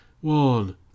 One